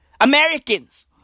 Americans